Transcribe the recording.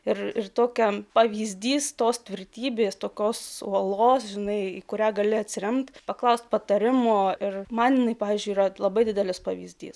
ir tokiam pavyzdys tos tvirtybės tokios uolos žinai į kurią gali atsiremti paklausti patarimo ir man jinai pavyzdžiui yra labai didelis pavyzdys